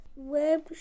Web